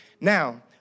Now